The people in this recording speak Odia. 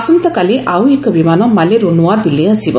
ଆସନ୍ତାକାଲି ଆଉ ଏକ ବିମାନ ମାଲେରୁ ନୂଆଦିଲ୍ଲୀ ଆସିବ